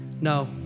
No